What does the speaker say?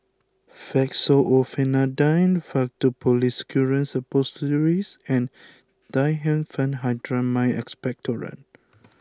Fexofenadine Faktu Policresulen Suppositories and Diphenhydramine Expectorant